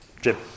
Jim